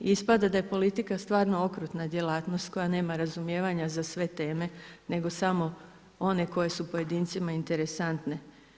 Ispada da je politika stvarno okrutna djelatnost koja nema razumijevanja za sve teme, nego samo one koje su pojedincima interesantne.